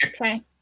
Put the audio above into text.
Okay